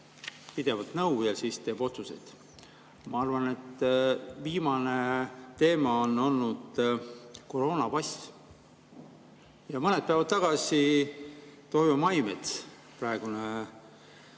pidevalt nõu ja siis teeb otsused. Ma arvan, et viimane teema on olnud koroonapass. Mõned päevad tagasi Toivo Maimets, praegune